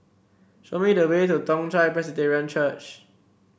show me the way to Toong Chai Presbyterian Church